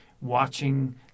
watching